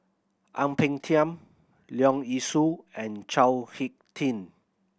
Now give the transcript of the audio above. Ang Peng Tiam Leong Yee Soo and Chao Hick Tin